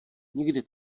nikdy